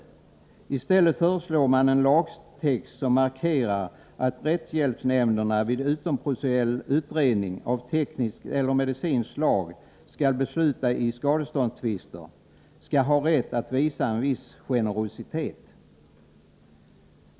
I stället föreslår man en lagtext som markerar att rättshjälpsnämnderna, som vid utomprocessuell utredning av tekniskt eller medicinskt slag skall besluta i skadeståndstvister, skall ha rätt att ”visa generositet”.